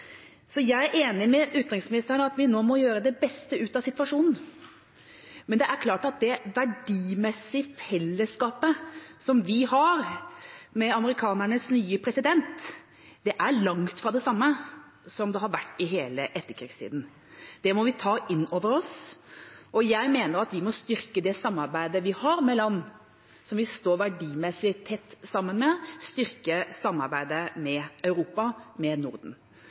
Så jeg er enig med utenriksministeren i at nå må vi gjøre det beste ut av situasjonen. Men det er klart at det verdimessige fellesskapet som vi har med amerikanernes nye president, er langt fra det samme som det har vært i hele etterkrigstiden. Det må vi ta inn over oss. Og jeg mener vi må styrke det samarbeidet vi har med land som vi står verdimessig tett sammen med, styrke samarbeidet med Europa, med Norden.